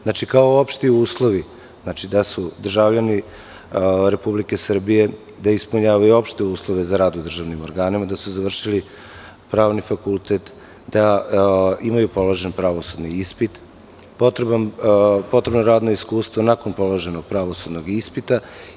Znači, kao opšti uslovi - da su državljani Republike Srbije, da ispunjavaju opšte uslove za rad u državnim organima, da su završili Pravni fakultet, da imaju položen pravosudni ispit, potrebno radno iskustvo nakon položenog pravosudnog ispita.